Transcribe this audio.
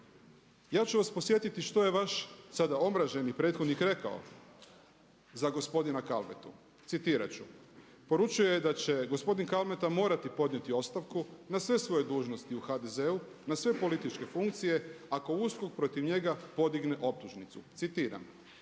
Ja ću vas podsjetiti što je vaš sada omraženi prethodnik rekao za gospodina Kalmetu, citirat ću, poručio je da će gospodin Kalmeta morati podnijeti ostavku na sve dužnosti u HDZ-u, na sve političke funkcije ako USKOK protiv njega podigne optužnicu. Citiram: